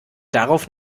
darauf